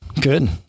good